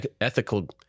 ethical